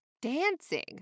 dancing